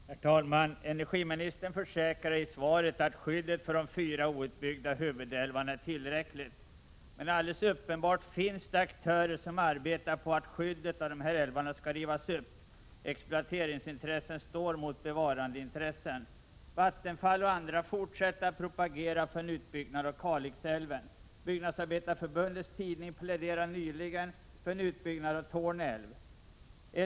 Herr talman! Energiministern försäkrade i interpellationssvaret att skyddet för de fyra outbyggda huvudälvarna är tillräckligt. Men alldeles uppenbart finns aktörer som arbetar för att skyddet av dessa älvar skall rivas upp. Exploateringsintressen står mot bevarandeintressen. Vattenfall och andra fortsätter att propagera för en utbyggnad av Kalixälven. Byggnadsarbetareförbundets tidning pläderade nyligen för en utbyggnad av Torne älv.